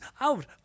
out